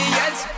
yes